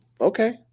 Okay